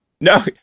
no